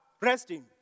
resting